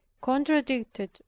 contradicted